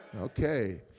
Okay